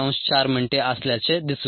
4 मिनिटे असल्याचे दिसून येते